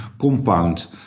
compound